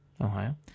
Ohio